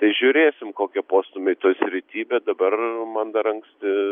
tai žiūrėsim kokie postūmiai toj srity bet dabar man dar anksti